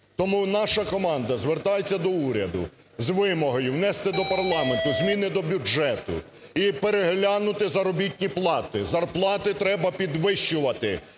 Тому наша команда звертається до уряду з вимогою внести до парламенту зміни до бюджету і переглянути заробітні плати. Зарплати треба підвищувати.